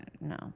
no